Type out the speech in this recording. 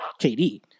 KD